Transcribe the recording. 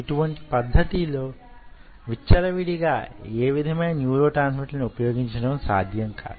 ఇటువంటి పద్ధతిలో విచ్చల విడిగా ఏ విధమైన న్యూరోట్రాన్స్మిటర్ లను ఉపయోగించడం సాధ్యం కాదు